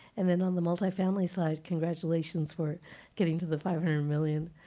and then on the multifamily side, congratulations for getting to the five hundred million